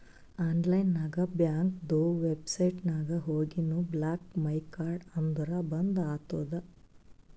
online ನಾಗ್ ಬ್ಯಾಂಕ್ದು website ನಾಗ್ ಹೋಗಿನು ಬ್ಲಾಕ್ ಮೈ ಕಾರ್ಡ್ ಅಂದುರ್ ಬಂದ್ ಆತುದ